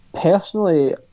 personally